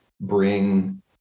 bring